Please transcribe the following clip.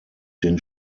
den